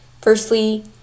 Firstly